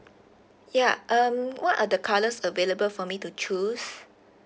ya um what are the colours available for me to choose